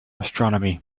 astronomy